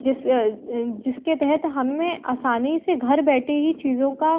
जिस जिसके तहत हमें आसानी से घर बैठे ही चीज़ों का